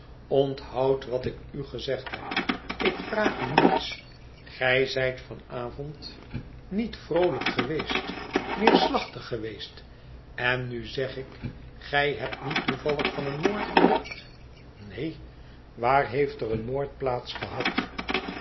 onthoud wat ik u gezegd heb ik vraag u niets gij zijt van avond niet vroolijk geweest neerslachtig geweest en nu zeg ik gij hebt niet toevallig van een moord gehoord neen waar heeft er een moord